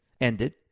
ended